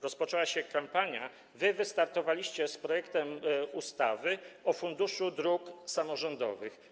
Rozpoczęła się kampania, wystartowaliście z projektem ustawy o Funduszu Dróg Samorządowych.